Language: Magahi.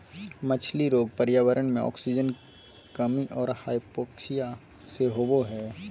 मछली रोग पर्यावरण मे आक्सीजन कमी और हाइपोक्सिया से होबे हइ